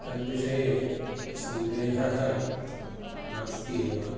तद् विषये सन्देहः नास्ति एव